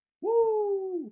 Woo